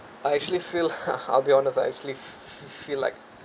I actually feel I'll be honest I actually feel feel like